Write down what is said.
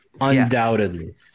undoubtedly